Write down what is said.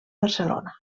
barcelona